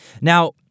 Now